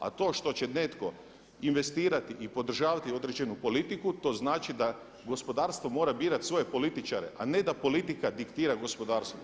A to što će netko investirati i podržavati određenu politiku to znači da gospodarstvo mora birati svoje političare a ne da politika diktira gospodarstvu.